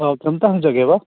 ꯀꯩꯅꯣꯝꯇ ꯍꯪꯖꯒꯦꯕ